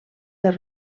del